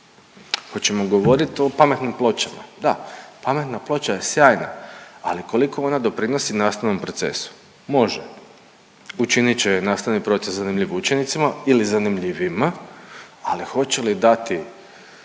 Hoćemo govorit o pametnim pločama? Pametna ploča je sjajna, ali koliko ona doprinosi nastavnom procesu. Može, učinit će nastavni proces zanimljiv učenicima ili zanimljivijima, ali hoće li dati